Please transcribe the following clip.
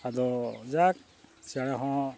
ᱟᱫᱚ ᱡᱟᱠ ᱪᱮᱬᱮ ᱦᱚᱸ